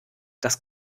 das